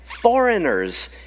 foreigners